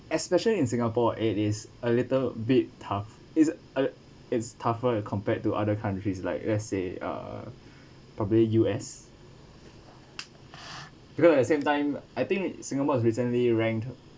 especially in singapore it is a little bit tough it's a it's tougher compared to other countries like let's say uh probably U_S because at same time I think singapore is recently ranked